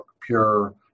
pure